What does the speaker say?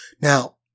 Now